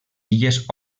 illes